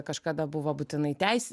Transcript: kažkada buvo būtinai teis